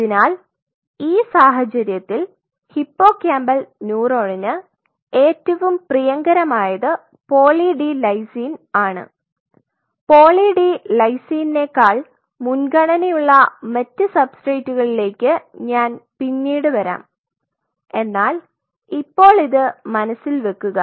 അതിനാൽ ഈ സാഹചര്യത്തിൽ ഹിപ്പോകാമ്പൽ ന്യൂറോണിന് ഏറ്റവും പ്രിയങ്കരമായത് പോളി ഡി ലൈസിൻ ആണ് പോളി ഡി ലൈസിനേക്കാൾ മുൻഗണന യുള്ള മറ്റ് സബ്സ്റ്റേറ്റുകളിലേക്ക് ഞാൻ പിന്നീട് വരാം എന്നാൽ ഇപ്പോൾ ഇത് മനസ്സിൽ വെക്കുക